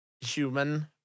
human